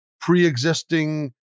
pre-existing